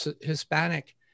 Hispanic